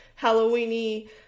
halloweeny